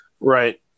Right